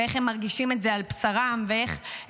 איך הם מרגישים את זה על בשרם ואיך הם